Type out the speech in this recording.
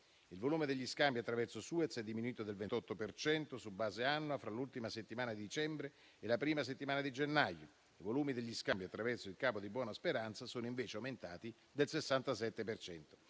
Il volume degli scambi attraverso Suez è diminuito del 28 per cento su base annua fra l'ultima settimana di dicembre e la prima settimana di gennaio; i volumi degli scambi attraverso il Capo di Buona Speranza sono invece aumentati del 67